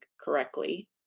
correctly